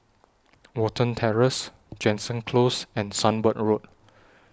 Watten Terrace Jansen Close and Sunbird Road